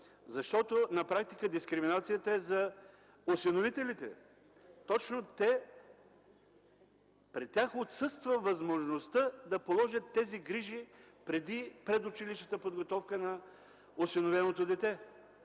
защото на практика дискриминацията е за осиновителите. Точно при тях отсъства възможността да положат тези грижи преди предучилищната подготовка на осиновеното дете.